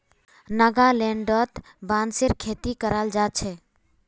नागालैंडत बांसेर खेती कराल जा छे